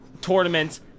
tournaments